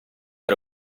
era